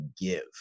give